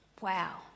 Wow